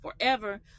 forever